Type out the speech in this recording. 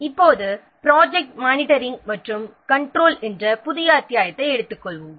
இப்போது project monitoring மற்றும் control என்ற புதிய அத்தியாயத்தை எடுத்துக்கொள்வோம்